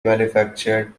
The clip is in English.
manufactured